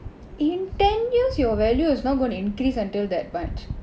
in ten years your value is not gonna increase until that much